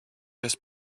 just